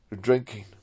drinking